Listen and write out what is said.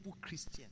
Christian